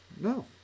No